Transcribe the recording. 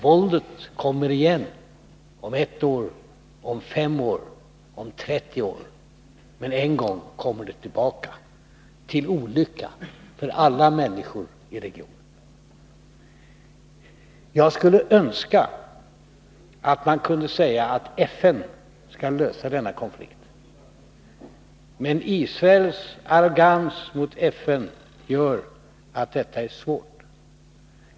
Våldet kommer igen om 1 år, om 5 år eller om 30 år. En gång kommer det tillbaka, till olycka för alla människor i regionen. Jag skulle önska att man kunde säga att FN skall lösa denna konflikt. Men Israels arrogans mot FN gör att detta är svårt.